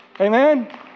Amen